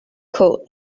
coat